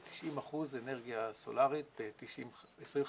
ל-90 אחוזים אנרגיה סולרית ב-2050,